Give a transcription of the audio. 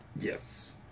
Yes